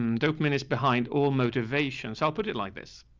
um dokeman is behind all motivations. i'll put it like this.